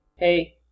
Hey